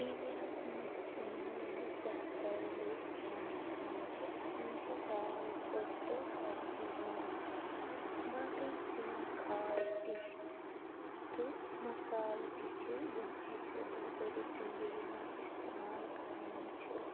اِنڈیاہَس منٛز یِم زیادٕ تَر لُکھ کھٮ۪ن کھیٚوان چھِ تَتھ منٛز چھِ دال ژوٚٹ تہٕ سبزی یِوان باقٕے کینٛہہ خاص ڈِش تہٕ مَسالہٕ تہِ چھِ یِم أسۍ دۄہ بٔرِتھ زِندگی منٛز اِستعمال کَران چھِ